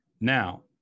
Now